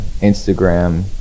Instagram